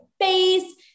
face